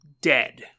dead